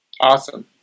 Awesome